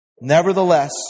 Nevertheless